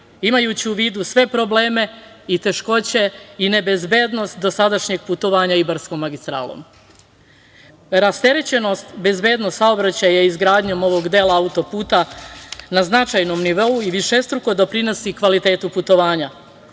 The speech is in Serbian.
imajući u vidu sve probleme i teškoće i nebezbednost dosadašnjeg putovanja Ibarskom magistralom. Rasterećenost i bezbednost saobraćaja i izgradnjom ovog dela auto-puta na značajnom nivou i višestruko doprinosi kvalitetu putovanja.